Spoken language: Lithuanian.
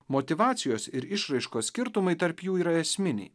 motyvacijos ir išraiškos skirtumai tarp jų yra esminiai